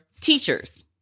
teachers